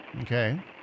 Okay